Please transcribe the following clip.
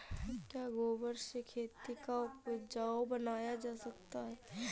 क्या गोबर से खेती को उपजाउ बनाया जा सकता है?